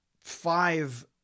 five